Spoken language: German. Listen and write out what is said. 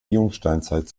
jungsteinzeit